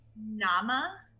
Nama